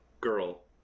girl